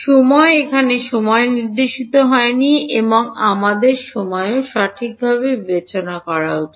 সময় এখানে সময় নির্দেশিত হয় নি এবং আমাদের সময়ও সঠিকভাবে বিবেচনা করা উচিত